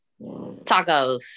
Tacos